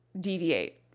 deviate